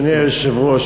אדוני היושב-ראש,